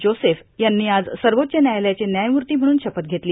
Joseph यांनी आज सर्वोच्व व्यायालयाचे व्यायमूर्ती म्हणून शपथ घेतली